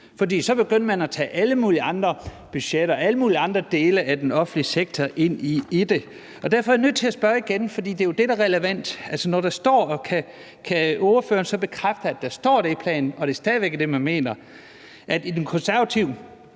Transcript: for så begyndte man at tage alle mulige andre budgetter og alle mulige andre dele af den offentlige sektor ind i det. Derfor er jeg nødt til at spørge igen, for det er jo det, der er relevant. Kan ordføreren bekræfte, at det står i planen, og at det stadig væk er det, man mener, nemlig at i den konservative